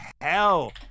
hell